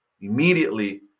immediately